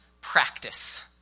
practice